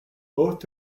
both